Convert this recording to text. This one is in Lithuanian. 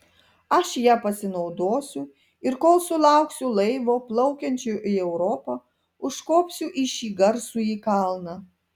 aš ja pasinaudosiu ir kol sulauksiu laivo plaukiančio į europą užkopsiu į šį garsųjį kalną